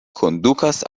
kondukas